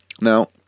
now